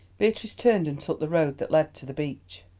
beatrice turned and took the road that led to the beach.